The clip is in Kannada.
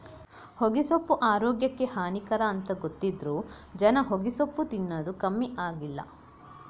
ಹೊಗೆಸೊಪ್ಪು ಆರೋಗ್ಯಕ್ಕೆ ಹಾನಿಕರ ಅಂತ ಗೊತ್ತಿದ್ರೂ ಜನ ಹೊಗೆಸೊಪ್ಪು ತಿನ್ನದು ಕಮ್ಮಿ ಆಗ್ಲಿಲ್ಲ